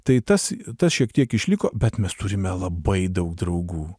tai tas tas šiek tiek išliko bet mes turime labai daug draugų